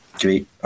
great